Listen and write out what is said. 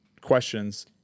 questions